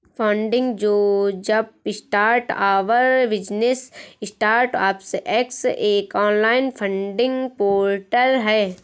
funding जो jumpstart our business startups act एक online funding portal है